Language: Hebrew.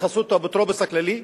בחסות האפוטרופוס הכללי.